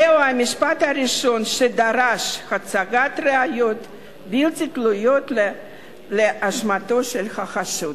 זהו המשפט הראשון שדרש הצגת ראיות בלתי תלויות לאשמתו של החשוד.